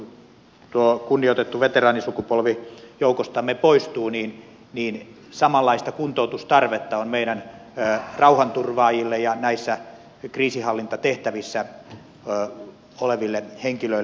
sitten kun tuo kunnioitettu veteraanisukupolvi joukostamme poistuu niin samanlaista kuntoutustarvetta on meidän rauhanturvaajillemme ja kriisinhallintatehtävissä oleville henkilöille